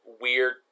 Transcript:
weird